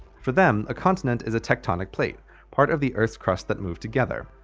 for them a continent is a tectonic plate parts of the earth's crust that move together.